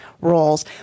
roles